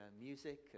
music